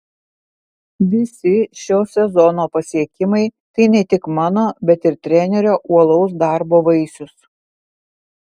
visi šio sezono pasiekimai tai ne tik mano bet ir trenerio uolaus darbo vaisius